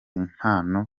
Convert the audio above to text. impano